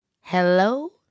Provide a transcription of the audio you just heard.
Hello